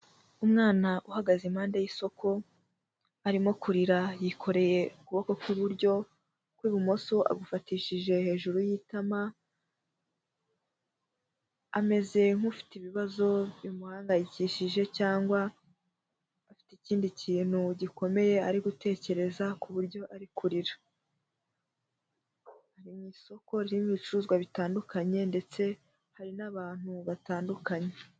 Umwana uhagaze impande y'isoko, arimo kurira yikoreye ukuboko kw'iburyo, ukw'ibumoso agufatishije hejuru y'itama, ameze nk'ufite ibibazo bimuhangayikishije cyangwa afite ikindi kintu gikomeye ari gutekereza kuburyo ari kurira. Ari mu isoko ririmo ibicuruzwa bitandukanye, ndetse hari n'abantu batandukanye.